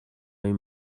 این